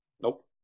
Nope